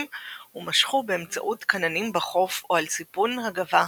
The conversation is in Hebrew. ומשכו באמצעות כננים בחוף או על סיפון הגווה